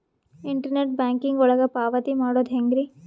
Internet banking ಒಳಗ ಪಾವತಿ ಮಾಡೋದು ಹೆಂಗ್ರಿ?